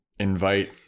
invite